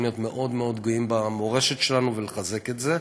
להיות מאוד מאוד גאים במורשת שלנו ולחזק את זה,